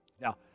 Now